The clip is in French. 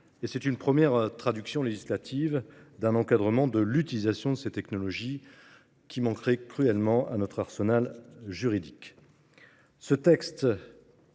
et une première traduction législative d'un encadrement de son utilisation qui manquait cruellement à notre arsenal juridique. Ce texte